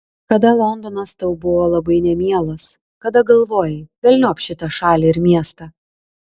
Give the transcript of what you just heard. kada londonas tau buvo labai nemielas kada galvojai velniop šitą šalį ir miestą